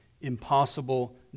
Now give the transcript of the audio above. impossible